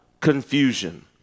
confusion